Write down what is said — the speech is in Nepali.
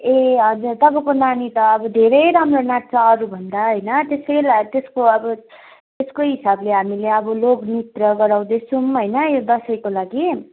ए हजुर तपाईँको नानी त अब धेरै राम्रो नाच्छ अरू भन्दा होइन त्यसकै ला त्यसको अब त्यसको हिसाबले हामीले अब लोक नृत्य गराउँदै छौँ होइन यो दसैँको लागि